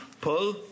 pull